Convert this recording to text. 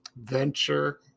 venture